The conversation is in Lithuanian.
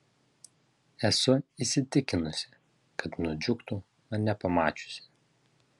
esu įsitikinusi kad nudžiugtų mane pamačiusi